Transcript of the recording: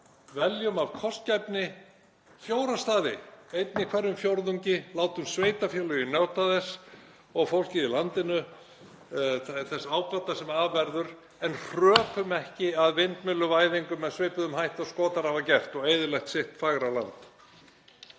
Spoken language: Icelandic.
Veljum af kostgæfni fjóra staði, einn í hverjum fjórðungi. Látum sveitarfélögin og fólkið í landinu njóta þess ábata sem af verður. Hröpum ekki að vindmylluvæðingu með svipuðum hætti og Skotar hafa gert og eyðilagt sitt fagra land.